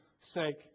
sake